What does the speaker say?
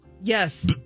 Yes